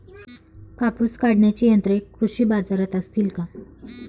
कापूस काढण्याची यंत्रे कृषी बाजारात असतील का?